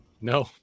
No